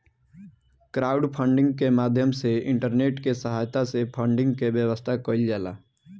crowdfunding के माध्यम से इंटरनेट के सहायता से फंडिंग के व्यवस्था कईल जाला